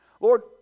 Lord